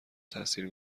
تاثیر